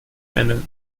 eine